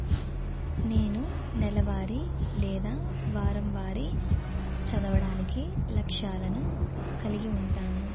నేను నెలవారి లేదా వారం వారి చదవడానికి లక్ష్యాలను కలిగి ఉంటాను